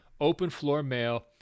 openfloormail